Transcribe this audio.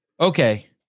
Okay